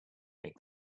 make